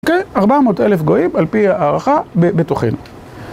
אוקיי? 400,000 גויים על פי הערכה בתוכנו.